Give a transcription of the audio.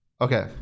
okay